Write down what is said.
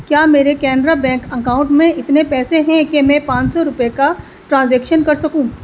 کیا میرے Canara bank account میں اتنے پیسے ہیں کہ میں پانچ سو روپے کا ٹرانزیکشن کر سکوں